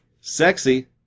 sexy